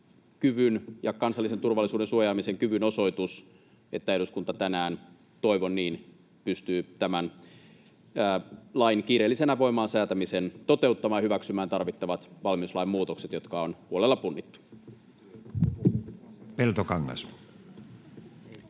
ja kansallisen turvallisuuden suojaamisen kyvyn osoitus, että eduskunta tänään — toivon niin — pystyy tämän lain kiireellisenä voimaansäätämisen toteuttamaan ja hyväksymään tarvittavat valmiuslain muutokset, jotka on huolella punnittu. Edustaja Peltokangas.